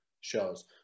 shows